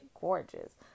gorgeous